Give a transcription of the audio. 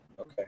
Okay